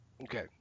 Okay